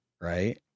right